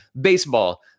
baseball